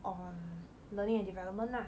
on learning and development lah